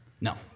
No